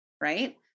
right